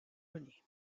venir